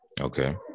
okay